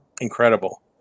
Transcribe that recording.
Incredible